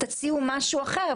תציעו משהו אחר.